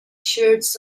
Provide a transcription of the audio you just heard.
shirts